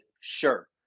sure